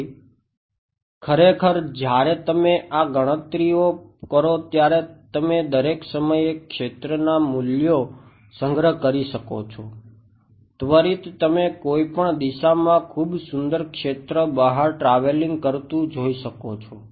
તેથી ખરેખર જ્યારે તમે આ ગણતરીઓ કરો ત્યારે તમે દરેક સમયે ક્ષેત્રના મૂલ્યો સંગ્રહ કરી શકો છો ત્વરિત તમે કોઈ પણ દિશામાં ખુબ સુંદર ક્ષેત્ર બહાર ટ્રાવેલિંગ કરતુ જોઈ શકો છો